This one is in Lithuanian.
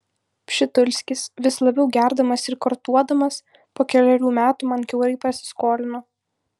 pšitulskis vis labiau gerdamas ir kortuodamas po kelerių metų man kiaurai prasiskolino